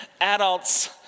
adults